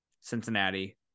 Cincinnati